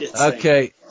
Okay